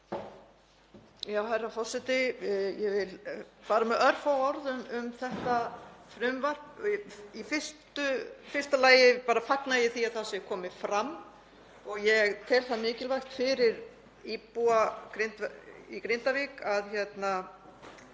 Herra forseti. Ég vil fara örfáum orðum um þetta frumvarp. Í fyrsta lagi fagna ég því að það sé komið fram og ég tel það mikilvægt fyrir íbúa í Grindavík að við